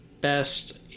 best